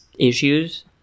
issues